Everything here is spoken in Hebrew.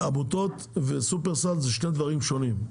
עמותות ושופרסל הם שני דברים שונים.